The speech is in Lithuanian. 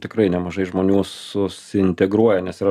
tikrai nemažai žmonių susiintegruoja nes yra